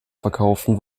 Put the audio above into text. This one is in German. verkaufen